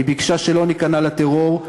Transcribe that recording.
היא ביקשה שלא ניכנע לטרור,